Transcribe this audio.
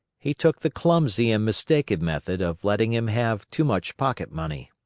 he took the clumsy and mistaken method of letting him have too much pocket-money.